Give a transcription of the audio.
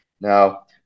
Now